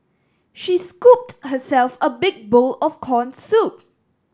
she scooped herself a big bowl of corn soup